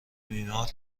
بیمار